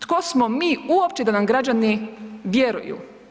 Tko smo mi uopće da nam građani vjeruju?